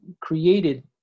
created